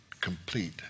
complete